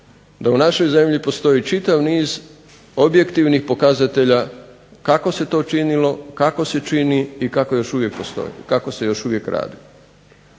da u našoj zemlji postoji čitav niz objektivnih pokazatelja kako se to činilo, kako se čini i kako se još uvijek radi.